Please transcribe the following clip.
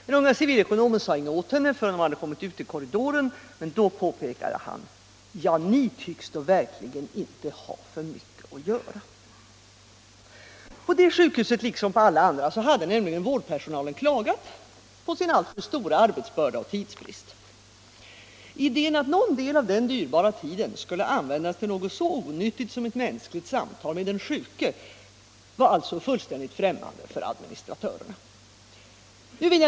Den unge civilekonomen sade inget åt henne förrän hon kommit ut i korridoren igen, men då påpekade han: ”Ja, ni tycks då verkligen inte ha för mycket att göra.” På det sjukhuset, liksom på alla andra, hade vårdpersonalen nämligen klagat på sin alltför stora arbetsbörda och tidsbrist. Idén att någon del av denna dyrbara tid skulle användas till något så onyttigt som ett mänskligt samtal med den sjuke var alltså fullständigt främmande för administratörerna.